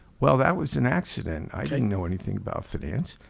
well that was an accident, i didn't know anything about finance.